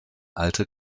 alte